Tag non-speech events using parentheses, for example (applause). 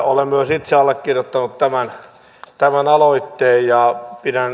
itse allekirjoittanut tämän aloitteen ja pidän (unintelligible)